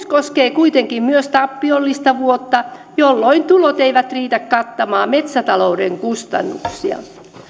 koskee kuitenkin myös tappiollista vuotta jolloin tulot eivät riitä kattamaan metsätalouden kustannuksia